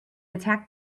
attack